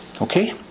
Okay